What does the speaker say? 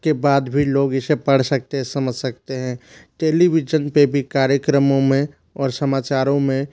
के बाद भी लोग इसे पढ़ सकते समझ सकते हैं टेलीविजन पे भी कार्यक्रमों में और समाचारो में